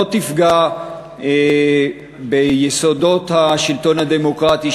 שלא תפגע ביסודות השלטון הדמוקרטי,